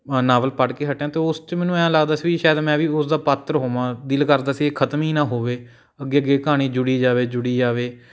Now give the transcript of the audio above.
novel ਪੜ੍ਹ ਕੇ ਹਟਿਆਂ ਅਤੇ ਉਸ 'ਚ ਮੈਨੂੰ ਐਂ ਲੱਗਦਾ ਸੀ ਵੀ ਸ਼ਾਇਦ ਮੈਂ ਵੀ ਉਸ ਦਾ ਪਾਤਰ ਹੋਵਾਂ ਦਿਲ ਕਰਦਾ ਸੀ ਇਹ ਖਤਮ ਹੀ ਨਾ ਹੋਵੇ ਅੱਗੇ ਅੱਗੇ ਕਹਾਣੀ ਜੁੜੀ ਜਾਵੇ ਜੁੜੀ ਜਾਵੇ